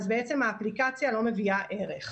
אז בעצם האפליקציה לא מביאה ערך.